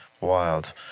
Wild